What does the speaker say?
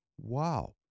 Wow